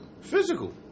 Physical